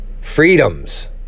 freedoms